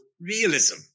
realism